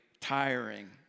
tiring